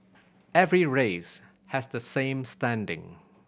every race has the same standing